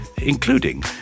including